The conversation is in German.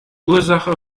ursache